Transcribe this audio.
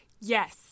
Yes